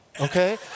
Okay